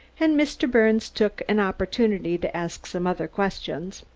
and mr. birnes took an opportunity to ask some other questions.